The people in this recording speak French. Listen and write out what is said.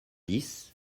dix